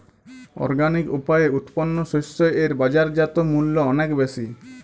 organic উপায়ে উৎপন্ন শস্য এর বাজারজাত মূল্য অনেক বেশি